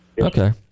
Okay